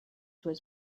was